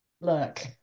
look